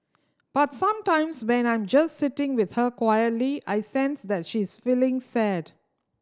but sometimes when I'm just sitting with her quietly I sense that she is feeling sad